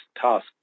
task